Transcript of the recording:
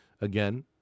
again